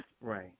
right